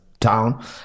Town